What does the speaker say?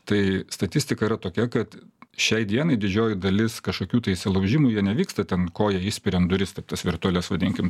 tai statistika yra tokia kad šiai dienai didžioji dalis kažkokių tai įsilaužimų jie nevyksta ten koją išspirian duris taip tas virtualias vadinkim